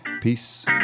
Peace